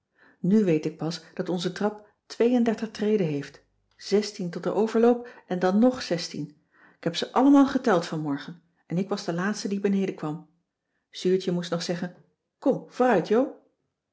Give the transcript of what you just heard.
nu weet ik pas dat onze trap treden heeft zestien tot den overloop en dan ng zestien k heb ze allemaal geteld vanmorgen en ik was de laatste die benedenkwam zuurtje moest nog zeggen kom vooruit jo